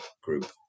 group